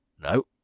no